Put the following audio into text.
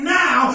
now